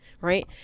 right